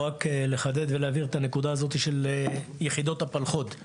לחדד ולהבהיר את הנקודה הזאת לגבי יחידות הפלחו"ד.